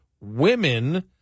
women